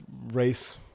race